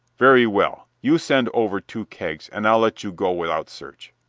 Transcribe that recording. very well, you send over two kegs, and i'll let you go without search.